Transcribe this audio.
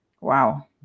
Wow